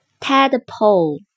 tadpole